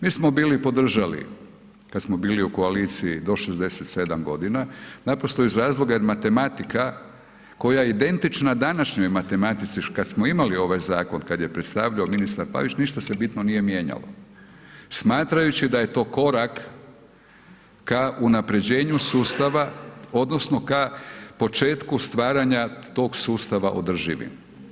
Mi smo bili podržali kada smo bili u koaliciji do 67 godina naprosto iz razloga jer matematika koja je identična današnjoj matematici kada smo imali ovaj zakon, kada je predstavljao ministar Pavić ništa se bitno nije mijenjalo, smatrajući da je to korak k unapređenju sustava odnosno k početku stvaranja tog sustava održivim.